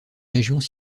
régions